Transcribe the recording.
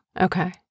okay